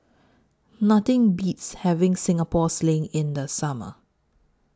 Nothing Beats having Singapore Sling in The Summer